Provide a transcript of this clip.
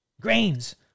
grains